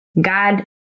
God